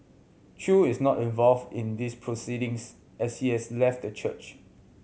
chew is not involved in these proceedings as he has left the church